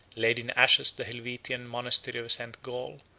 laid in ashes the helvetian monastery of st. gall,